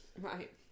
Right